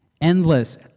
endless